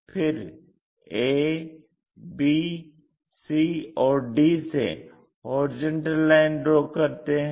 फिर a b c और d से हॉरिजॉन्टल लाइन ड्रा करते हैं